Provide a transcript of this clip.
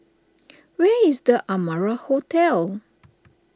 where is the Amara Hotel